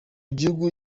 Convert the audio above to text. gihugu